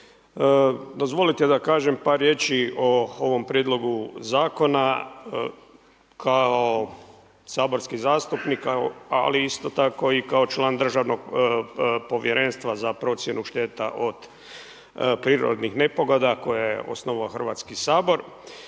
Dozvolite da kažem par riječi o ovom prijedlogu zakona, kao saborski zastupnik, ali isto tako kao član državnog povjerenstva za procjenu šteta od prirodnih nepogoda koju je osnovao Hrvatski sabor.